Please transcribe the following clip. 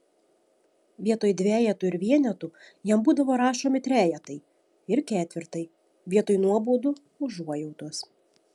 vietoj dvejetų ir vienetų jam būdavo rašomi trejetai ir ketvirtai vietoj nuobaudų užuojautos